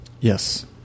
Yes